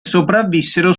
sopravvissero